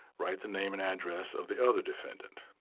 write the name and address of the other defendant.